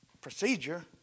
procedure